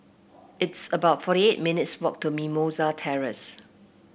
it's about forty eight minutes' walk to Mimosa Terrace